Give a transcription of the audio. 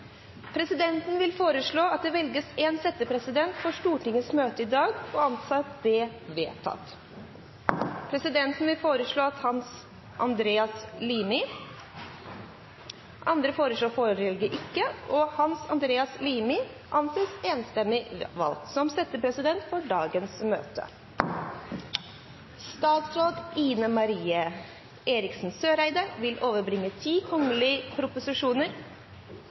Presidenten vil foreslå at det velges en settepresident for Stortingets møte i dag – og anser det som vedtatt. Presidenten vil foreslå Hans Andreas Limi. – Andre forslag foreligger ikke, og Hans Andreas Limi anses enstemmig valgt som settepresident for dagens møte. Representanten Martin Kolberg vil